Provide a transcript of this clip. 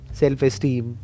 self-esteem